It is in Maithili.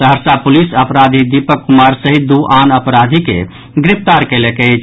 सहरसा पुलिस अपराधी दीपक कुमार सहित दू आन अपराधी के गिरफ्तार कयलक अछि